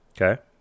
Okay